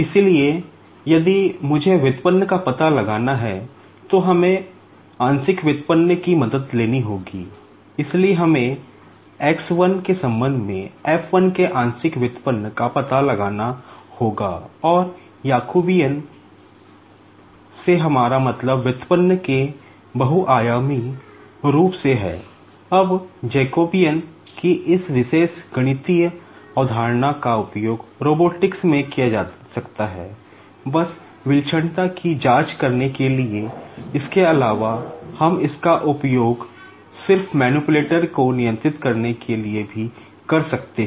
इसलिए यदि मुझे डेरिवेटिव को नियंत्रित करने के लिए भी कर सकते हैं